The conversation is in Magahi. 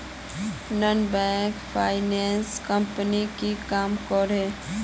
नॉन बैंकिंग फाइनांस कंपनी की काम करोहो?